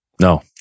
No